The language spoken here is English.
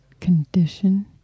condition